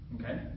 Okay